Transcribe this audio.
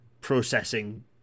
processing